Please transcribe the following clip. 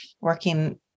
working